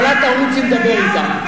אבל את תרוצי לדבר אתם,